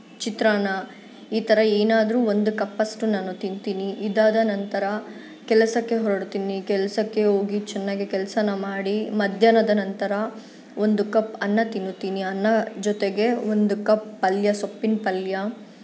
ಚಿತ್ರಾನ್ನ ಈ ಥರ ಏನಾದ್ರೂ ಒಂದು ಕಪ್ಪಷ್ಟು ನಾನು ತಿಂತೀನಿ ಇದಾದ ನಂತರ ಕೆಲಸಕ್ಕೆ ಹೊರಡ್ತೀನಿ ಕೆಲಸಕ್ಕೆ ಹೋಗಿ ಚೆನ್ನಾಗಿ ಕೆಲಸಾನ ಮಾಡಿ ಮಧ್ಯಾಹ್ನದ ನಂತರ ಒಂದು ಕಪ್ ಅನ್ನ ತಿನ್ನುತ್ತೀನಿ ಅನ್ನ ಜೊತೆಗೆ ಒಂದು ಕಪ್ ಪಲ್ಯ ಸೊಪ್ಪಿನ ಪಲ್ಯ